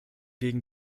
gegen